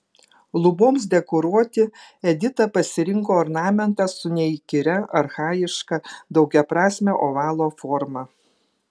luboms dekoruoti edita pasirinko ornamentą su neįkyria archajiška daugiaprasme ovalo forma